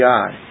God